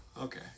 Okay